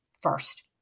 first